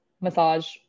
massage